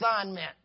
assignment